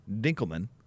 Dinkelman